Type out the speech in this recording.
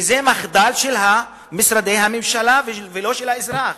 וזה מחדל של משרדי הממשלה ולא של האזרח,